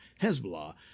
Hezbollah